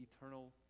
eternal